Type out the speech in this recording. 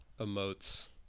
emotes